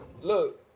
look